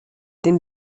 den